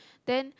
then